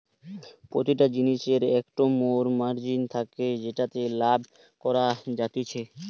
প্রতিটা জিনিসের একটো মোর মার্জিন থাকে যেটাতে লাভ করা যাতিছে